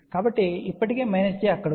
కాబట్టి ఇప్పటికే minus j అక్కడ ఉంది